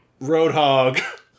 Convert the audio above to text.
Roadhog